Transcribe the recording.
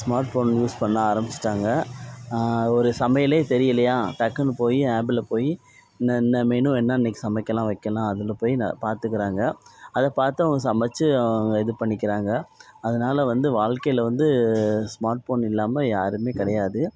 smart phone use பண்ண ஆரம்பிச்சிட்டாங்க ஒரு சமையலே சரியில்லையா டக்குனு போய் ஆப்ல போய் இன்ன இன்ன மெனு என்ன இன்னைக்கு சமைக்கலாம் வைக்கலாம் அதில் போய் ந பார்த்துக்கிறாங்க அதைப் பார்த்து அவங்க சமைச்சி அவங்க இது பண்ணிக்கிறாங்க அதனால வந்து வாழ்க்கையில் வந்து ஸ்மார்ட் ஃபோன் இல்லாமல் யாருமே கிடையாது